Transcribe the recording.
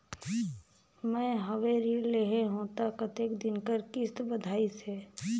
मैं हवे ऋण लेहे हों त कतेक दिन कर किस्त बंधाइस हे?